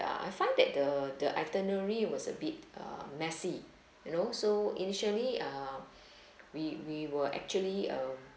ah I find that the the itinerary was a bit uh messy you know so initially uh we we were actually uh